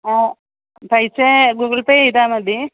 ആ പൈസ Google Pay ചെയ്താൽ മതി